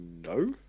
no